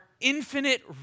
infinite